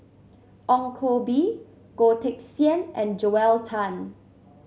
Ong Koh Bee Goh Teck Sian and Joel Tan